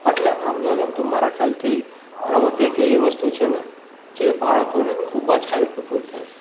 એટલે આમ જોવા જઈએ તો મારા ખ્યાલથી રમત એક એવી વસ્તુ છે ને જે બાળકોને ખૂબ જ હેલ્પફૂલ થાય